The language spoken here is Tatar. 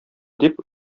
дип